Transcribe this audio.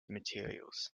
materials